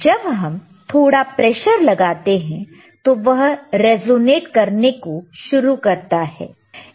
जब हम थोड़ा प्रेशर लगाते हैं तो वह रेसोनेट करने को शुरू करता है